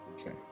Okay